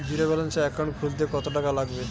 জিরোব্যেলেন্সের একাউন্ট খুলতে কত টাকা লাগবে?